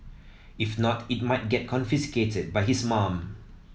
if not it might get confiscated by his mum